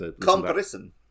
comparison